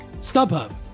StubHub